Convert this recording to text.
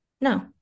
No